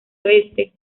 oeste